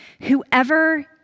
Whoever